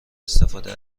استفاده